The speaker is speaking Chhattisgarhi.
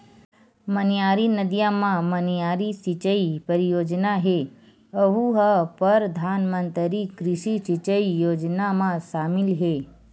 मनियारी नदिया म मनियारी सिचई परियोजना हे यहूँ ह परधानमंतरी कृषि सिंचई योजना म सामिल हे